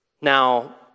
Now